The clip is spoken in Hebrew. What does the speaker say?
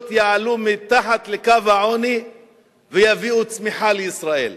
יעלו מעל לקו העוני ויביאו צמיחה לישראל?